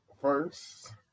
First